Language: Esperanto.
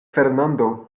fernando